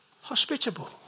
hospitable